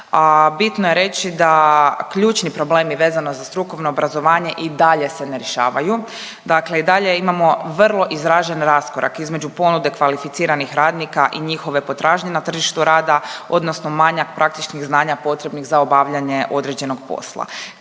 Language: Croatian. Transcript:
Bitno je reći da ključni problemi vezani za strukovno obrazovanje i dalje se ne rješavaju. Dakle i dalje imamo vrlo izražen raskorak između ponude kvalificiranih radnika i njihove potražnje na tržištu rada, odnosno manjak praktičnih znanja potrebnih za obavljanje određenog posla